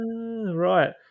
right